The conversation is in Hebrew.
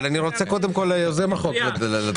אבל אני רוצה קודם כול לתת ליוזם הצעת החוק לדבר.